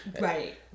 Right